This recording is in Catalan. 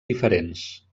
diferents